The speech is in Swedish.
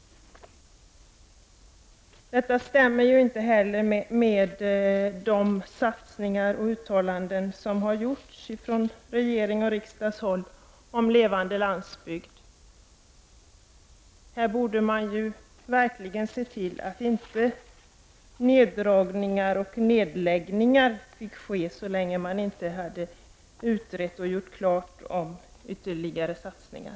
Detta stämmer inte heller med de satsningar och uttalanden som har gjorts från regering och riksdag om en levande landsbygd. Här borde man ju verkligen se till att inte neddragningar och nedläggningar fick ske, så länge man inte utrett och gjort klart om ytterligare satsningar.